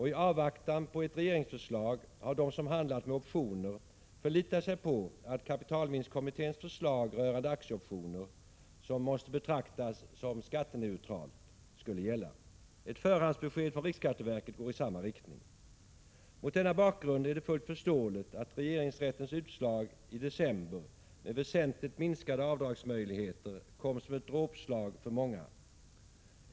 I avvaktan på ett regeringsförslag har de som handlat med optioner förlitat sig på att kapitalvinstkommitténs förslag rörande aktieoptioner, som måste betraktas som skatteneutralt, skulle gälla. Ett förhandsbesked från riksskatteverket går i samma riktning. Mot denna bakgrund är det fullt förståeligt att regeringsrättens utslag i december, med väsentligt minskade avdragsmöjligheter, kom som ett dråpslag för många.